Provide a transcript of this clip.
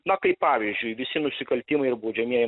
na kaip pavyzdžiui visi nusikaltimai ir baudžiamieji